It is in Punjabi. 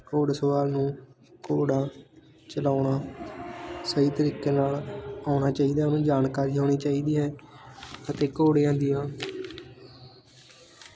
ਘੋੜ ਸਵਾਰ ਨੂੰ ਘੋੜਾ ਚਲਾਉਣਾ ਸਹੀ ਤਰੀਕੇ ਨਾਲ ਆਉਣਾ ਚਾਹੀਦਾ ਉਹਨੂੰ ਜਾਣਕਾਰੀ ਹੋਣੀ ਚਾਹੀਦੀ ਹੈ ਅਤੇ ਘੋੜਿਆਂ ਦੀਆਂ